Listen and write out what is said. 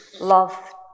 love